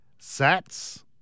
Sats